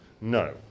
No